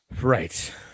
Right